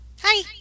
Hi